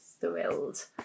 thrilled